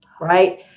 Right